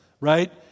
right